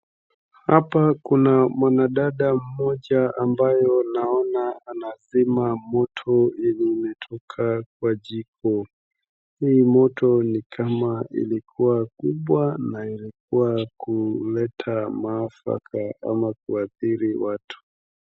Hapa kuna mwanadada ambayo naona anazima moto iliyo imetoka kwa jiko. Hili moto ni kama ilikua kubwa na ilikua kuleta maafa au kuathiri watu.